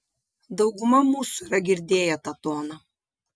dauguma mūsų yra girdėję tą toną